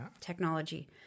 technology